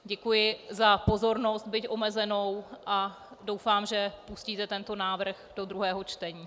Děkuji za pozornost, byť omezenou, a doufám, že pustíte tento návrh do druhého čtení.